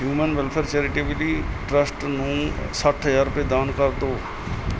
human welfare charitable trust ਨੂੰ ਸੱਠ ਹਜ਼ਾਰ ਰੁਪਏ ਦਾਨ ਕਰ ਦੋ